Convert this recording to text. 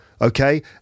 Okay